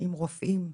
עם רופאים,